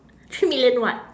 three million what